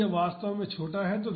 तो यह वास्तव में छोटा है